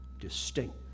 distinct